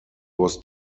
was